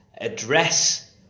Address